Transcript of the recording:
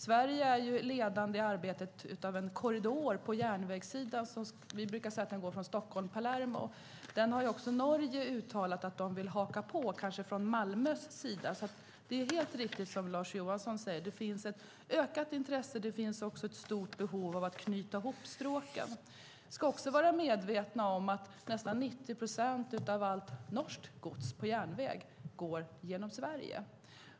Sverige är ju ledande i arbetet på en korridor på järnvägssidan som vi brukar säga går från Stockholm till Palermo. Den har också Norge uttalat att man vill haka på, kanske från Malmös sida. Det är helt riktigt som Lars Johansson säger, att det finns ett ökat intresse. Det finns också ett stort behov av att knyta ihop stråken. Vi ska dessutom vara medvetna om att nästan 90 procent av allt norskt gods på järnväg går genom Sverige.